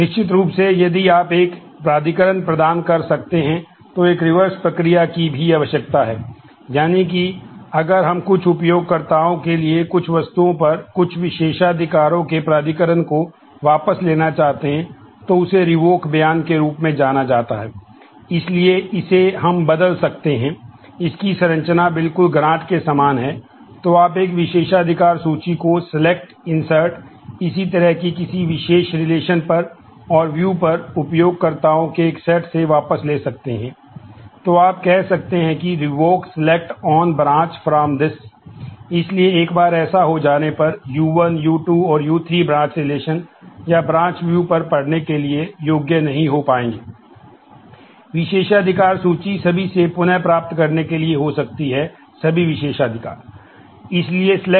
निश्चित रूप से यदि आप एक प्राधिकरण प्रदान कर सकते हैं तो एक रिवर्स कह सकते हैं और उस सब को रद्द करें